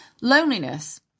Loneliness